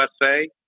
USA